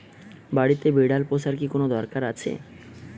বাড়িতে বিড়াল পোষার কি কোন দরকার আছে?